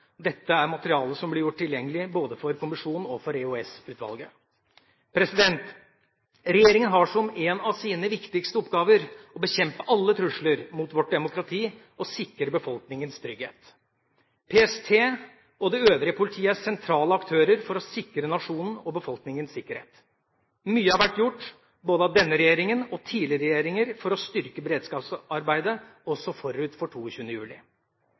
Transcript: Dette er materiale som blir gjort tilgjengelig både for kommisjonen og for EOS-utvalget. Regjeringa har som en av sine viktigste oppgaver å bekjempe alle trusler mot vårt demokrati og sikre befolkningens trygghet. PST og det øvrige politiet er sentrale aktører for å sikre nasjonens og befolkningens sikkerhet. Mye har vært gjort både av denne regjeringa og av tidligere regjeringer for å styrke beredskapsarbeidet også forut for 22. juli.